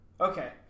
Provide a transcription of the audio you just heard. Okay